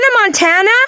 montana